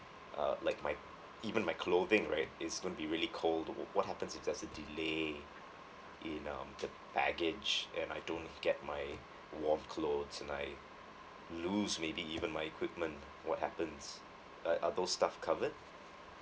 uh like my even my clothing right it's going to be really cold what happens if there is a delay in um the baggage and I don't get my warm clothes and I lose maybe even my equipment what happens uh are those stuff covered